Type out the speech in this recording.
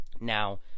now